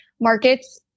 markets